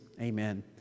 Amen